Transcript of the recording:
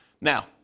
Now